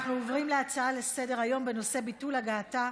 נעבור להצעות לסדר-היום בנושא: ביטול הגעתה